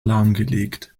lahmgelegt